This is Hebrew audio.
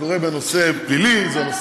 לא הייתה לי רשימת חוקים,